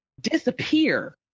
disappear